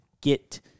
get